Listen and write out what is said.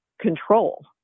control